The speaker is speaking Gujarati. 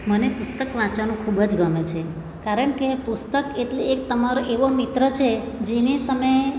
મને પુસ્તક વાંચવાનું ખૂબ જ ગમે છે કારણ કે પુસ્તક એટલે એક તમારો એવો મિત્ર છે જેને તમે